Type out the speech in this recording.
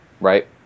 right